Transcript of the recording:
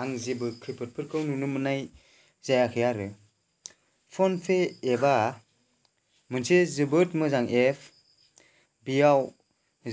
आं जेबो खैफोदफोरखौ नुनो मोननाय जायाखै आरो फन पे एप आ मोनसे जोबोद मोजां एप बेयाव